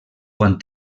quan